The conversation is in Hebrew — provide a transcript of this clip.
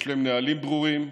יש להם נהלים ברורים,